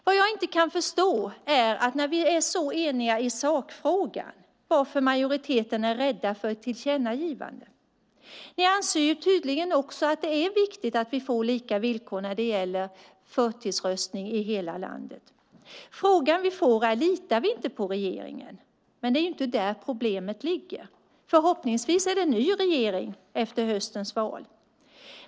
Vad jag inte kan förstå är varför majoriteten är rädd för ett tillkännagivande när vi är så eniga i sakfrågan. Ni anser tydligen också att det är viktigt att vi får lika villkor när det gäller förtidsröstning i hela landet. Frågan vi får är om vi inte litar på regeringen. Men det är inte där problemet ligger. Förhoppningsvis är det en ny regering efter höstens val.